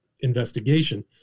investigation